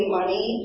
money